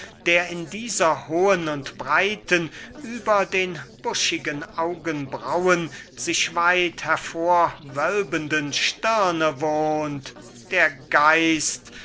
der in dieser hohen und breiten über den buschigen augbraunen sich weit hervor wölbenden stirne wohnt der geist